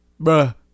Bruh